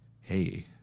hey